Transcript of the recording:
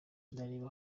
ndareba